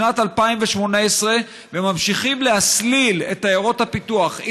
בשנת 2018. ממשיכים להסליל את עיירות הפיתוח,